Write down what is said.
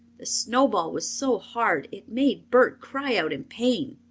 the snowball was so hard it made bert cry out in pain.